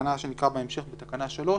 התקנה שנקרא בהמשך, תקנה 3,